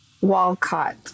Walcott